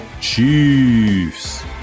Chiefs